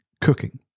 cooking